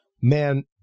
man